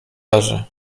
leży